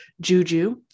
juju